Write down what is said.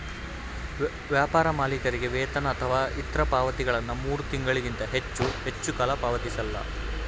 ವ್ಯಾಪಾರ ಮಾಲೀಕರಿಗೆ ವೇತನ ಅಥವಾ ಇತ್ರ ಪಾವತಿಗಳನ್ನ ಮೂರು ತಿಂಗಳಿಗಿಂತ ಹೆಚ್ಚು ಹೆಚ್ಚುಕಾಲ ಪಾವತಿಸಲ್ಲ